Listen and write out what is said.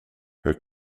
her